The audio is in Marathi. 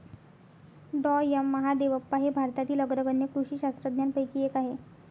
डॉ एम महादेवप्पा हे भारतातील अग्रगण्य कृषी शास्त्रज्ञांपैकी एक आहेत